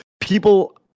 people